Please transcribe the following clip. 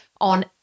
on